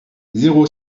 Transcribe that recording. zéro